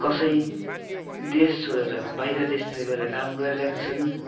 कसै देश छोडेर बाहिर देशतिर गएर काम गरिरहेका छन्